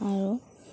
আৰু